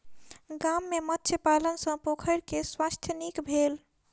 गाम में मत्स्य पालन सॅ पोखैर के स्वास्थ्य नीक भेल